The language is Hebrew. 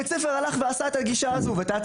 בית הספר הציג את ההצגה הזאת בגישה הזאת.